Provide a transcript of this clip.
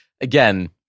again